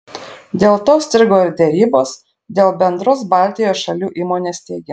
dėl to strigo ir derybos dėl bendros baltijos šalių įmonės steigimo